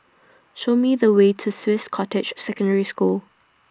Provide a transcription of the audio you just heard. Show Me The Way to Swiss Cottage Secondary School